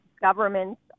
governments